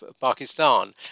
Pakistan